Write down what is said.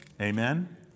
Amen